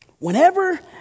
Whenever